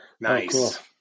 Nice